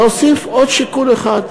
להוסיף עוד שיקול אחד: